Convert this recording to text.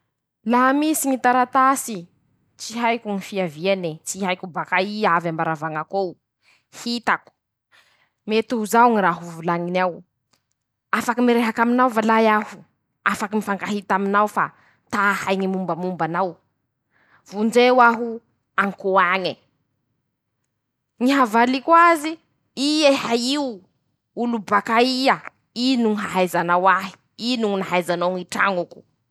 Laha misy ñy taratasy tsy haiko ñy fiaviane ,tsy haiko bakaia avy am-baravañako eo ,hitako ,mety ho zaho ñy raha ho volañiny ao: -"Afaky mirehaky aminao va lahy aho ?Afaky mifankahita amiano fa ta hahay ñy mombamomba anao? Vonjeo aho an-koe añe" ;ñy havaliko azy :"i'eha io ?olo bakaia? ino ñy ahaizanao ahy ?ino ñy nahaizanao ñy trañoko? ".